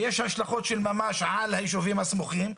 ויש השלכות של ממש על היישובים הסמוכים,